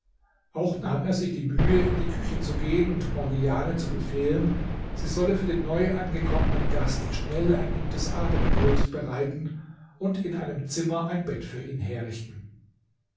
auch nahm er sich die mühe in die küche zu gehen und morgiane zu befehlen sie solle für den neuangekommenen gast schnell ein gutes abendbrot bereiten und in einem zimmer ein bett für ihn herrichten